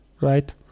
right